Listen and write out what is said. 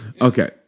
Okay